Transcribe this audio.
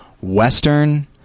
Western